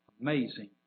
amazing